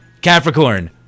Capricorn